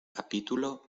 capítulo